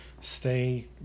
Stay